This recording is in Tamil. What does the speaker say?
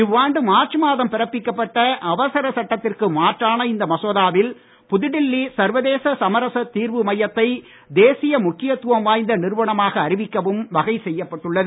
இவ்வாண்டு மார்ச் மாதம் பிறப்பிக்கப்பட்ட அவசர சட்டத்திற்கு மாற்றான இந்த மசோதாவில் புதுடெல்லி சர்வதேச சமரச தீர்வு மையத்தை தேசிய முக்கியத் துவம் வாய்ந்த நிறுவனமாக அறிவிக்கவும் வகை செய்யப்பட்டுள்ளது